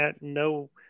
No